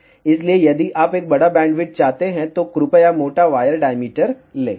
इसलिए यदि आप एक बड़ा बैंडविड्थ चाहते हैं तो कृपया मोटा वायर डाईमीटर लें